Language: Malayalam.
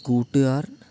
കൂട്ടുകാർ